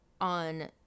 on